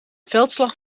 veldslag